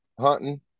hunting